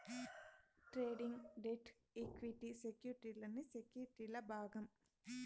trading, debt, equity సెక్యుర్టీలన్నీ సెక్యుర్టీల్ల భాగం